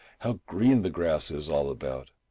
how green the grass is all about!